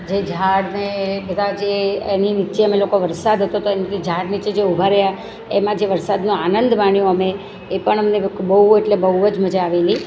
જે ઝાડ ને બધા જે એની નીચે અમે લોકો વરસાદ હતો તો એ ઝાડ નીચે જે ઊભા જઈ રહ્યા એમાં જે વરસાદનો આનંદ માણ્યો અમે એ પણ અમને બહુ એટલે બહુ જ મજા આવેલી